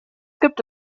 gibt